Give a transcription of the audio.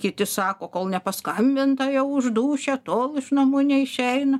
kai kiti sako kol nepaskambinta jau už dūšią tol iš namų neišeina